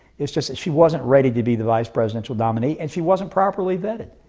it's just that she wasn't ready to be the vice presidential nominee and she wasn't properly vetted,